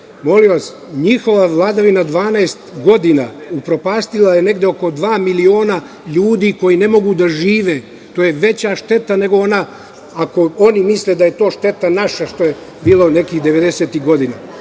Molim vas, njihova vladavina 12 godina upropastila je negde oko dva miliona ljudi koji ne mogu da žive. To je veća šteta, nego ona, ako oni misle da je to naša šteta koja je bila nekih devedesetih godina.